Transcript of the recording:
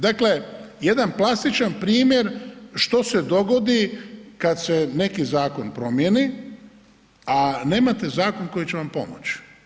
Dakle jedan plastičan primjer što se dogodi kad se neki zakon promijeni a nemate zakon koji će vam pomoći.